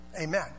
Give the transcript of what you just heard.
Amen